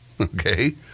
okay